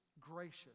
gracious